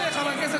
אתה לא מזמין.